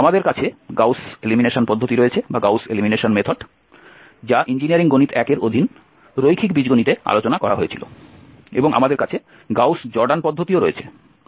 আমাদের কাছে Gauss elimination পদ্ধতি রয়েছে যা ইঞ্জিনিয়ারিং গণিত 1 এর অধীন রৈখিক বীজগণিতে আলোচনা করা হয়েছিল এবং আমাদের কাছে গাউস জর্ডান পদ্ধতি রয়েছে